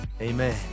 Amen